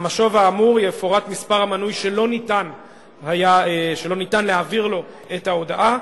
במשוב האמור יפורט מספר המנוי שאין אפשרות להעביר לו את ההודעה.